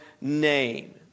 name